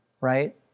Right